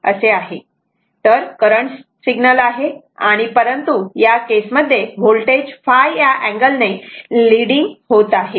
तर हा current signal आहे परंतु या केस मध्ये व्होल्टेज ϕ या अँगल ने लेडींग होत आहे